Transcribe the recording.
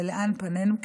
ולאן פנינו,